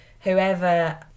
whoever